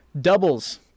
doubles